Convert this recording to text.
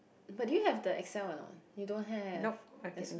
but do you have the Excel or not you don't have that's why